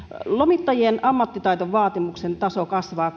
lomittajien ammattitaitovaatimuksen taso kasvaa